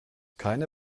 keine